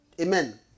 Amen